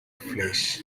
flesh